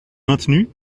maintenu